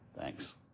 Thanks